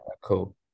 cool